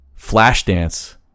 Flashdance